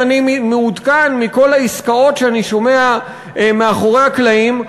אם אני מעודכן בכל העסקאות שאני שומע עליהן מאחורי הקלעים,